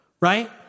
right